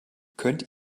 könnt